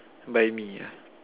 bite me ya